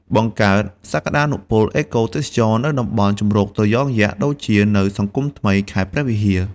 បង្កើតសក្តានុពលអេកូទេសចរណ៍នៅតំបន់ជម្រកត្រយងយក្ស ដូចជានៅសង្គមថ្មី ខេត្តព្រះវិហារ។